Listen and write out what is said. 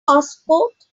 passport